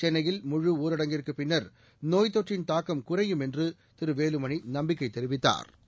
சென்னையில் முழு ஊரடங்கிற்குப் பின்னர் நோய் தொற்றின் தாக்கம் குறையும் என்று திரு வேலுமணி நம்பிக்கை தெரிவித்தாா்